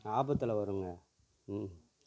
ஆபத்தில் வருங்க